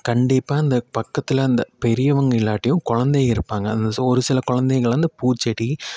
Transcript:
கண்டிப்பாக இந்த பக்கத்தில் அந்த பெரியவங்க இல்லாட்டியும் குழந்தைங்க இருப்பாங்க அந்த ஸோ ஒரு சில குழந்தைங்கள்லாம் இந்த பூச்செடி